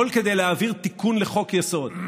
הכול כדי להעביר תיקון לחוק-יסוד.